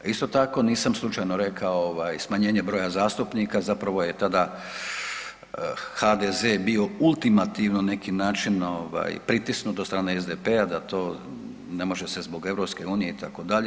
Isto tako nisam slučajno rekao smanjenje broja zastupnika zapravo je tada HDZ-e bio ultimativno na neki način pritisnut od strane SDP-a da to ne može se zbog Europske unije itd.